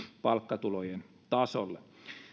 palkkatulojen tasolle